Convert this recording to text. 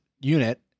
unit